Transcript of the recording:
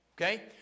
Okay